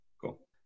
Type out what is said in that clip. Cool